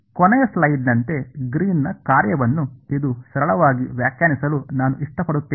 ಕೊನೆಯ ಸ್ಲೈಡ್ನಂತೆ ಗ್ರೀನ್ನ ಕಾರ್ಯವನ್ನು ಇದು ಸರಳವಾಗಿ ವ್ಯಾಖ್ಯಾನಿಸಲು ನಾನು ಇಷ್ಟಪಡುತ್ತೇನೆ